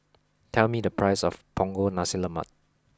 tell me the price of Punggol Nasi Lemak